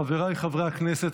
חבריי חברי הכנסת,